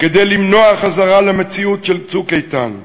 כדי למנוע חזרה למציאות של "צוק איתן".